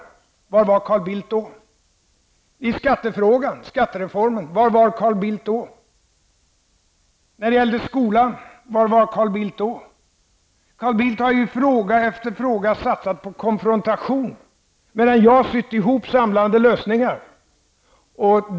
Var någonstans var Carl Bildt när det gällde skattereformen? Var någonstans var Carl Bildt när det gällde skolan? Carl Bildt har i fråga efter fråga satsat på konfrontation, medan jag sytt ihop samlande lösningar.